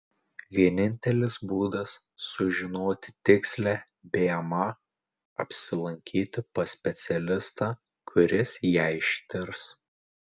vienintelis būdas sužinoti tikslią bma apsilankyti pas specialistą kuris ją ištirs